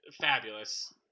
fabulous